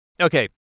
okay